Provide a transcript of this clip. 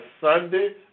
Sunday